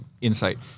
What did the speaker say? insight